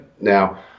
Now